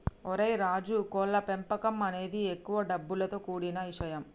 ఓరై రాజు కోళ్ల పెంపకం అనేది ఎక్కువ డబ్బులతో కూడిన ఇషయం